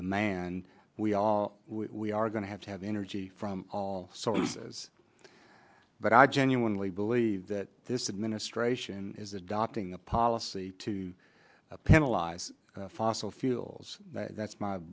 demand we all we are going to have to have energy from all sources but i genuinely believe that this administration is adopting a policy to penalize fossil fuels that's my